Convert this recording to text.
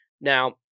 now